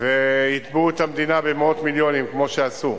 ויתבעו את המדינה במאות מיליונים, כמו שעשו,